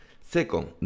second